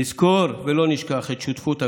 נזכור ולא נשכח את שותפות הגורל,